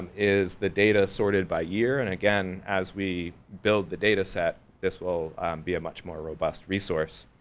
is the data sorted by year and again, as we build the data set this will be a much more robust resource.